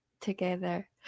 together